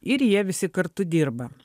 ir jie visi kartu dirba